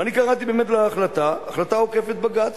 ואני קראתי באמת להחלטה "החלטה עוקפת בג"ץ".